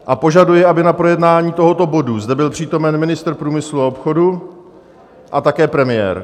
A požaduji, aby na projednání tohoto bodu zde byl přítomen ministr průmyslu a obchodu a také premiér.